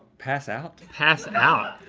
pass out? pass out?